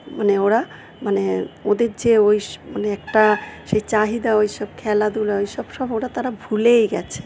মানে ওরা মানে ওদের যে ওই মানে একটা সে চাহিদা ওই সব খেলাধুলা ওই সব ওরা তারা ভুলেই গেছে